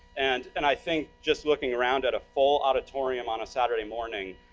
and and i think just looking around at a full auditorium on a saturday morning,